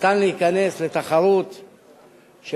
אפשר להיכנס לתחרות של,